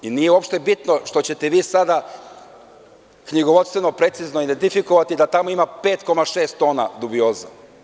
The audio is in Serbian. Nije uopšte bitno što ćete vi sada knjigovodstvo precizno identifikovati da tamo ima 5,6 tona dubioza.